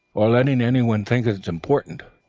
or letting anyone think it is important.